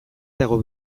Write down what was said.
dago